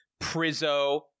Prizo